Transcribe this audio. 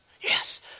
Yes